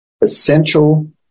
essential